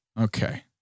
Okay